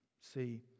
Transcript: See